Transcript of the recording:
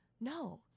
No